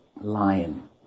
lion